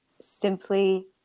simply